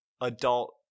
adult